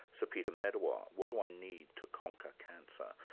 so peter medawar, what do i need to conquer cancer?